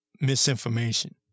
misinformation